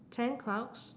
ten clouds